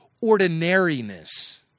ordinariness